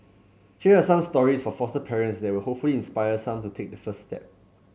here are some stories for foster parents that will hopefully inspire some to take that first step